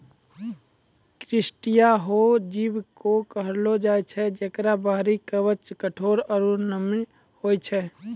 crustacea हो जीव कॅ कहलो जाय छै जेकरो बाहरी कवच कठोर आरो नम्य होय छै